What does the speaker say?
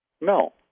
No